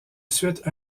suite